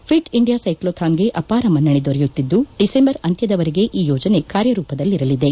fit India ಸೈಕ್ಲೋಥಾನ್ಗೆ ಅಪಾರ ಮನ್ನಣೆ ದೊರೆಯುತ್ತಿದ್ದು ದಿಸೆಂಬರ್ ಅಂತ್ಯದವರೆಗೆ ಈ ಯೋಜನೆ ಕಾರ್ಯರೂಪದಲ್ಲಿ ಇರಲಿದೆ